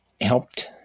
helped